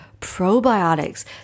probiotics